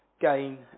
gain